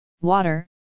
water